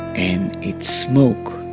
and it's smoke,